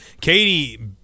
Katie